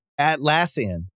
Atlassian